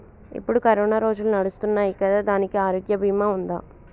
ఇప్పుడు కరోనా రోజులు నడుస్తున్నాయి కదా, దానికి ఆరోగ్య బీమా ఉందా?